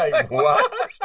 like, what?